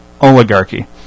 oligarchy